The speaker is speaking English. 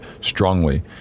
Strongly